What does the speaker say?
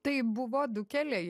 tai buvo du keliai